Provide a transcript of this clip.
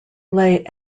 lay